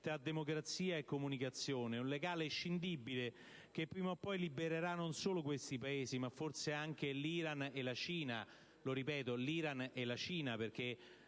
tra democrazia e comunicazione, un legame inscindibile, che prima o poi libererà non solo questi Paesi, ma forse anche l'Iran e la Cina. Lo ripeto per il collega